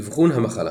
אבחון המחלה